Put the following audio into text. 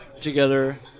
together